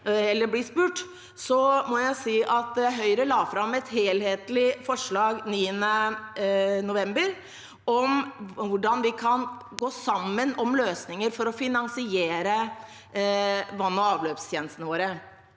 la fram et helhetlig forslag om hvordan vi kan gå sammen om løsninger for å finansiere vann- og avløpstjenestene våre.